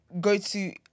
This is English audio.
go-to